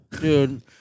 Dude